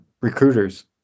recruiters